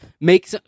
make